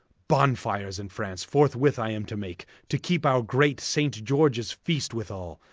bonfires in france forthwith i am to make, to keepe our great saint georges feast withall.